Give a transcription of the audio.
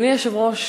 אדוני היושב-ראש,